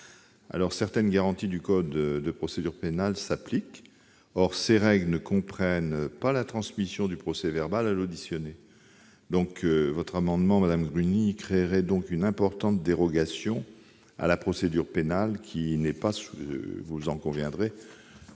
Certaines garanties du code de procédure pénale s'appliquent. Or ces règles ne comprennent pas la transmission du procès-verbal à l'auditionné. L'adoption de votre amendement, madame Gruny, créerait une importante dérogation à la procédure pénale, ce qui n'est pas souhaitable.